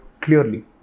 clearly